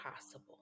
possible